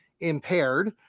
impaired